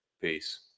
Peace